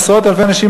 עשרות אלפי אנשים,